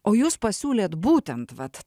o jūs pasiūlėt būtent vat